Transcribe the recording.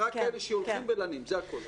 רק כאלה שהולכים ולנים, זה הכול?